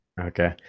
Okay